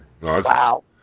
Wow